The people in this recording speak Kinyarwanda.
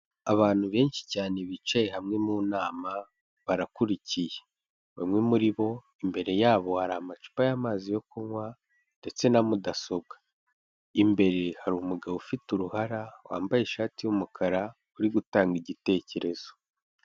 Abantu benshi cyane bicaye hamwe mu nama barakurikiye, bamwe muri bo imbere yabo hari amacupa y'amazi yo kunywa ndetse na mudasobwa, imbere hari umugabo ufite uruhara wambaye ishati y'umukara uri gutanga igitekerezo.